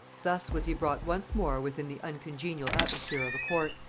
thus was he brought once more within the uncongenial atmosphere of a court,